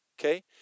Okay